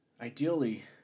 Ideally